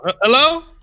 Hello